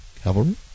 Cavalry